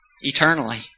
Eternally